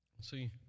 See